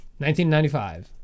1995